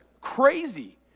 crazy